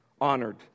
honored